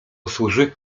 służy